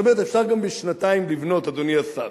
זאת אומרת, אפשר גם בשנתיים לבנות, אדוני השר.